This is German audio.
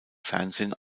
fernsehen